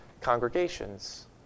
congregations